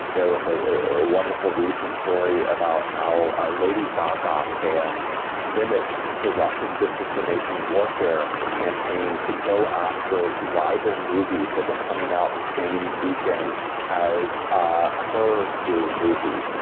there was so a wonderful recent story about how ah lady gaga fans mimicked the russian disinformation warfare campaign to go after rival movies that were coming out the same weekend as ah her new movie.